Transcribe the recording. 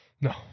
No